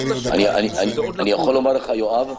יואב,